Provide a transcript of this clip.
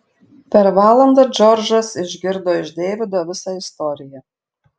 per valandą džordžas išgirdo iš deivido visą istoriją